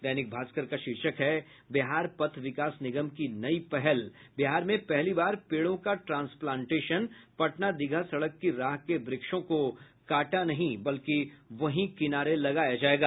दैनिका भागस्कर का शीर्षक है बिहार पथ विकास निगम की नई पहल बिहार में पहली बार पेड़ों का ट्रांसप्लांटेशन पटना दीघा सड़क की राह के व्रक्षों को काटा नहीं बल्कि वहीं किनारे लगाया जायेगा